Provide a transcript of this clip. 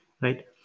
right